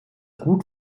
gut